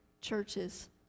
churches